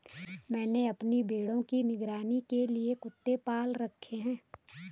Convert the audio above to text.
मैंने अपने भेड़ों की निगरानी के लिए कुत्ता पाल रखा है